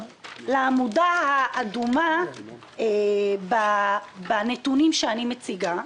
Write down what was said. לעמודה האדומה בנתונים שאני מציגה.